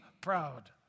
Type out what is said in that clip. proud